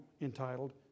entitled